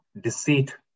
deceit